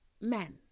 men